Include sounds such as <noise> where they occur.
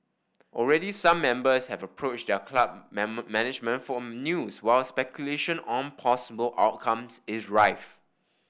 already some members have approached their club <unintelligible> management for news while speculation on possible outcomes is rife